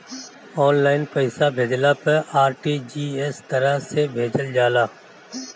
online पईसा भेजला पअ आर.टी.जी.एस तरह से भेजल जाला